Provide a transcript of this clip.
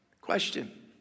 Question